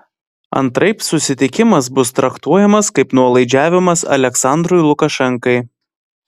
antraip susitikimas bus traktuojamas kaip nuolaidžiavimas aliaksandrui lukašenkai